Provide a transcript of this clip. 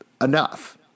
enough